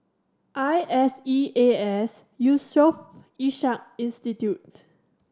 I S E A S Yusof Ishak Institute